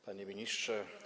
Panie Ministrze!